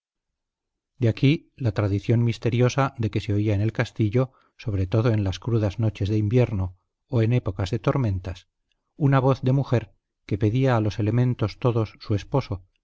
de aquí la tradición misteriosa de que se oía en el castillo sobre todo en las crudas noches de invierno o en épocas de tormentas una voz de mujer que pedía a los elementos todos su esposo